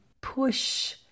push